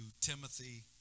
Timothy